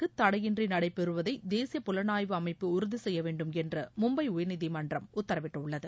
மாலேகான் தடையின்றி நடைபெறுவதை தேசிய புலனாய்வு அமைப்பு உறுதி செய்ய வேண்டுமென்று மும்பை உயர்நீதிமன்றம் உத்தரவிட்டுள்ளது